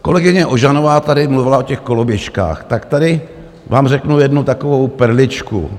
Kolegyně Ožanová tady mluvila o těch koloběžkách, tak tady vám řeknu jednu takovou perličku.